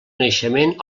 naixement